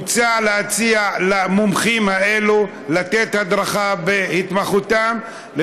מוצע להציע למומחים האלה לתת הדרכה בהתמחותם ולהעביר את הידע,